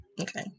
Okay